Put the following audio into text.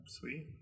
sweet